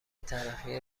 ترقی